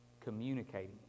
communicating